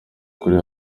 kuri